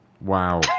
Wow